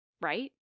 right